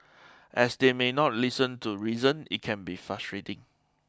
as they may not listen to reason it can be frustrating